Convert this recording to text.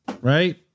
right